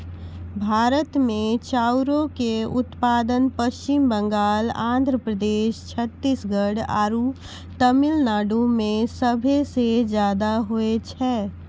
भारत मे चाउरो के उत्पादन पश्चिम बंगाल, आंध्र प्रदेश, छत्तीसगढ़ आरु तमिलनाडु मे सभे से ज्यादा होय छै